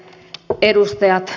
hyvät edustajat